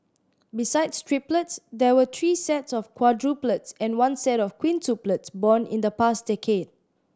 besides triplets there were three sets of quadruplets and one set of quintuplets born in the past decade